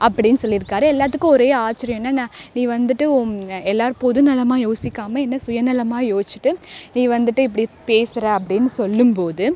அப்படின்னு சொல்லியிருக்காரு எல்லாத்துக்கும் ஒரே ஆச்சரியம் என்னென்னா நான் நீ வந்துட்டு எல்லாரும் பொதுநலமாக யோசிக்காமல் என்ன சுயநலமாக யோச்சிட்டு நீ வந்துட்டு இப்படி பேசுகிற அப்படின்னு சொல்லும் போது